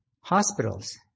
hospitals